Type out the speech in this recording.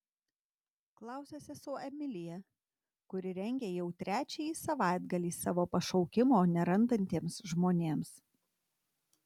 klausia sesuo emilija kuri rengia jau trečiąjį savaitgalį savo pašaukimo nerandantiems žmonėms